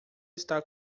está